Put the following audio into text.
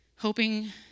Hoping